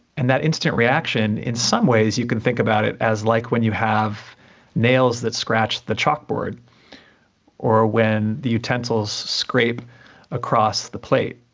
and that instant reaction in some ways you can think about it as like when you have nails that scratch the chalkboard or when the utensils scrape across the plate.